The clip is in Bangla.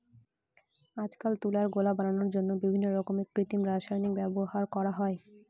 আজকাল তুলার গোলা বানানোর জন্য বিভিন্ন ধরনের কৃত্রিম রাসায়নিকের ব্যবহার করা হয়ে থাকে